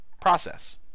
process